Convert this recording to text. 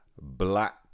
Black